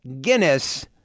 Guinness